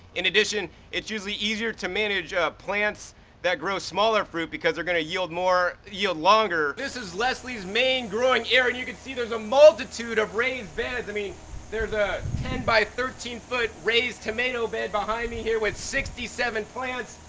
in addition, it's usually easier to manage plants that grow smaller fruit because they're gonna yield more longer. this is leslie's main growing area and you can see there's a multitude of raised beds. i mean, there's a ten by thirteen foot raised tomato bed behind me here with sixty seven plants.